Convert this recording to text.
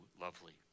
lovely